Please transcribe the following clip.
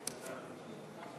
ואומרת